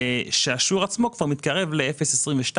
בהם השיעור עצמו כבר מתקרב ל-0.22%-0.23%.